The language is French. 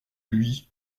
lui